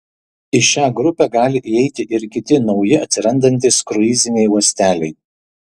į šią grupę gali įeiti ir kiti nauji atsirandantys kruiziniai uosteliai